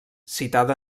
citada